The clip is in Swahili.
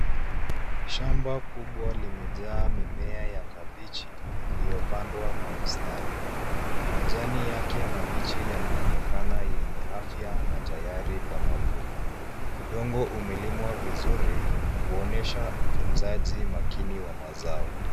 Shamba kubwa limejaa mimea ya kabichi iliyopandwa kwa mstari, majani yake mabichi yanaonekana yenye afya na tayari kwa mavuno ,udongo umelimwa vizuri kuonyesha utunzaji makini wa mazao.